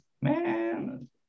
man